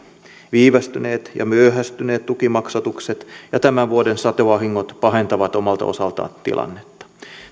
viivästyneet ja myöhästyneet tukimaksatukset ja tämän vuoden satovahingot pahentavat omalta osaltaan tilannetta